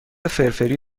فرفری